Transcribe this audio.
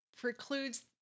precludes